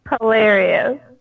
Hilarious